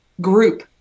group